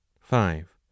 Five